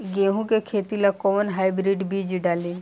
गेहूं के खेती ला कोवन हाइब्रिड बीज डाली?